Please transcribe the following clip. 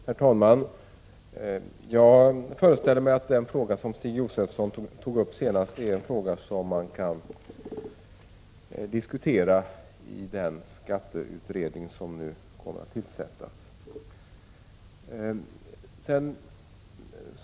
Herr talman! Jag föreställer mig att den fråga som Stig Josefson senast tog upp är en fråga, som man kan diskutera i den skatteutredning som nu kommer att tillsättas.